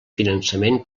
finançament